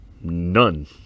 None